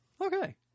Okay